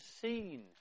seen